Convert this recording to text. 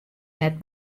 net